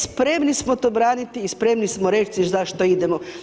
Spremni smo to braniti i spremni smo reći zašto idemo.